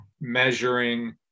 measuring